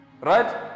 Right